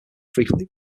frequently